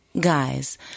Guys